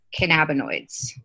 cannabinoids